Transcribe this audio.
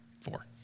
four